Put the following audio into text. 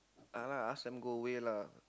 ah lah ask them go away lah